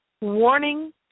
Warning